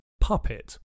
puppet